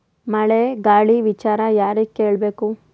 ಮಳೆ ಗಾಳಿ ವಿಚಾರ ಯಾರಿಗೆ ಕೇಳ್ ಬೇಕು?